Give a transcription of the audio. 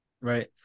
Right